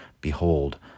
Behold